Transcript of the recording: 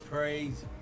praise